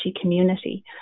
community